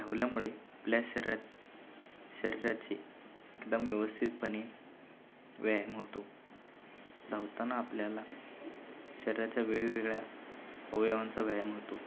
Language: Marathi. धावल्यामुळे आपल्या शरीरात शरीराची एकदम व्यवस्थितपणे व्यायाम होतो धावताना आपल्याला शरीराच्या वेगवेगळ्या अवयवांचा व्यायाम होतो